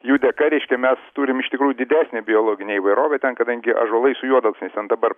jų dėka reiškia mes turim iš tikrųjų didesnę biologinę įvairovę ten kadangi ąžuolai su juodalksniais ten dabar